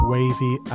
Wavy